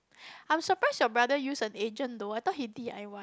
I'm surprised your brother used an agent though I thought he D_I_Y